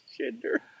gender